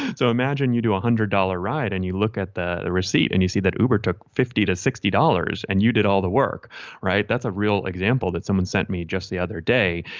so imagine you do one ah hundred dollar ride and you look at the the receipt and you see that uber took fifty to sixty dollars and you did all the work right. that's a real example that someone sent me just the other day.